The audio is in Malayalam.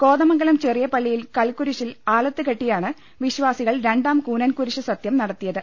കോതമംഗലം ചെറിയ പള്ളിയിൽ കൽക്കുരിശിൽ ആലത്ത് കെട്ടിയാണ് വിശ്വാസികൾ രണ്ടാം കൂനൻ കുരിശ് സത്യം നടത്തിയത്